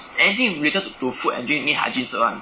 anything related to food and drink need hygiene cert [one]